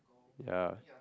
ya